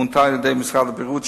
היא מונתה על-ידי משרד הבריאות,